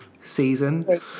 season